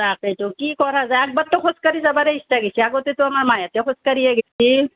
তাকেতো কি কৰা যায় একবাৰতো খোজকাঢ়ি যাবৰে ইচ্ছা গৈছে আগতেতো আমাৰ মাহঁতে খোজকাঢ়িয়ে গৈছিল